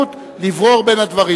האפשרות לברור בין הדברים?